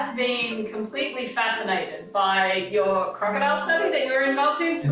completely fascinated by your crocodile study but you're involved in